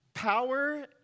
Power